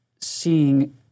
seeing